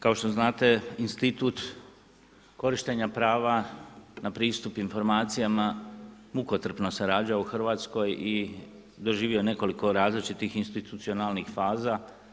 Kao što znate, institut korištenja prava na pristup informacijama mukotrpno se rađa u RH i doživio je nekoliko različitih institucionalnih faza.